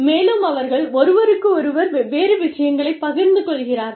மேலும் அவர்கள் ஒருவருக்கொருவர் வெவ்வேறு விஷயங்களைப் பகிர்ந்து கொள்கிறார்கள்